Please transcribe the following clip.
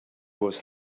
was